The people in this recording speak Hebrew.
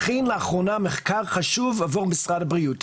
הכין לאחרונה מחקר חשוב עבור משרד הבריאות.